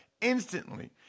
instantly